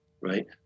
right